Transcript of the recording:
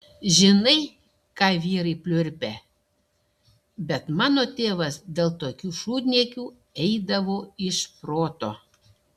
žinai ką vyrai pliurpia bet mano tėvas dėl tokių šūdniekių eidavo iš proto